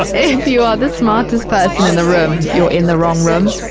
ah if you are the smartest person in the room, you're in the wrong room.